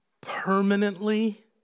permanently